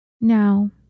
Now